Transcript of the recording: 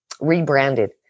rebranded